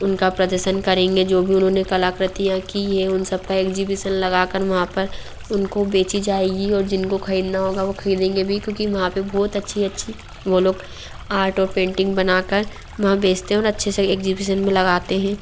उनका प्रदर्शन करेंगे जो भी उन्होंने कलाक्रतियाँ की है उन सब एक्जीविसन लगा कर वहाँ पर उनको बेची जाएगी और जिनको ख़रीदना होगा वो ख़रीदेंगे भी क्यूँकि वहाँ पर बहुत अच्छी अच्छी वो लोग आर्ट और पेंटिंग बना कर वहाँ बेचते हैं और अच्छे से एग्जीविसन में लगाते हैं